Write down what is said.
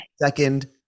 second